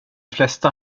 flesta